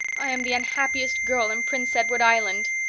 i am the unhappiest girl in prince edward island.